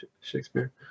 Shakespeare